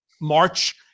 March